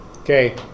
Okay